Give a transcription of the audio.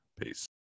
Peace